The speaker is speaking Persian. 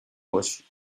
باشین